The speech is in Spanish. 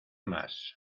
más